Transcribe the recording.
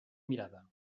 mirada